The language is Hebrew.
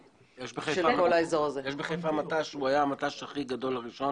הוא היה המט"ש הכי גדול הראשון